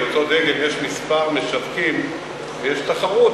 לאותו דגם יש כמה משווקים ויש תחרות.